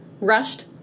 rushed